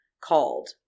called